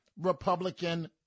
Republican